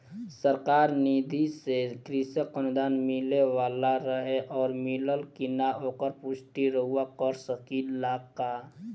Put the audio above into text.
सरकार निधि से कृषक अनुदान मिले वाला रहे और मिलल कि ना ओकर पुष्टि रउवा कर सकी ला का?